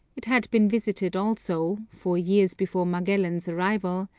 it had been visited also, four years before magellan's arrival,